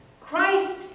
Christ